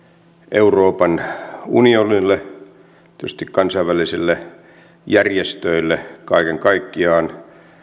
euroopan unionille ja tietysti kansainvälisille järjestöille kaiken kaikkiaan